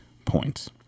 Points